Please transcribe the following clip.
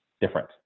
different